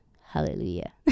hallelujah